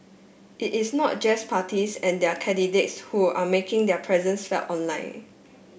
it is not just parties and their candidates who are making their presence felt online